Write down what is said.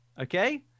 okay